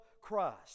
Christ